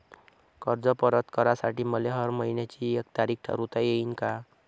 कर्ज परत करासाठी मले हर मइन्याची एक तारीख ठरुता येईन का?